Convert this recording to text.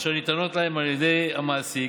אשר ניתנות להם על ידי המעסיק,